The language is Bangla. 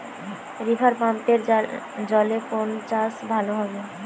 রিভারপাম্পের জলে কোন চাষ ভালো হবে?